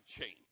change